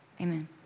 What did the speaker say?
amen